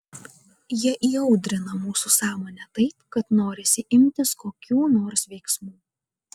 jie įaudrina mūsų sąmonę taip kad norisi imtis kokių nors veiksmų